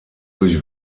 durch